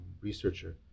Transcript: researcher